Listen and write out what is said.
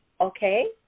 okay